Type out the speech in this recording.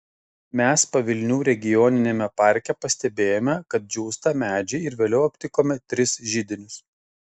mes pavilnių regioniniame parke pastebėjome kad džiūsta medžiai ir vėliau aptikome tris židinius